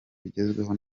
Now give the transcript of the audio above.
bigezweho